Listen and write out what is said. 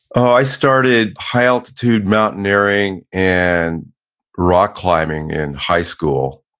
i started high altitude mountaineering and rock climbing in high school.